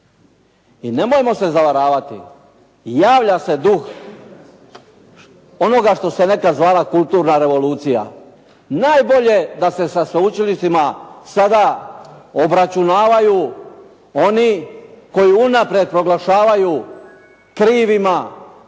I nemojmo se zavaravati. Javlja se duh onoga što se nekad zvala kulturna revolucija. Najbolje da se sa sveučilištima sada obračunavaju oni koji unaprijed proglašavaju krivima